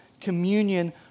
communion